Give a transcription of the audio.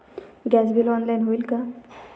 Gas bill online होईल का?